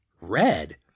Red